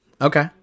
Okay